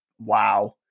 Wow